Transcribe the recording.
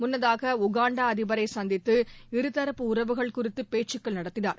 முன்னதாகஉகாண்டாஅதிபரைசந்தித்து இருதூப்பு உறவுகள் குறித்துபேச்சுக்கள் நடத்தினார்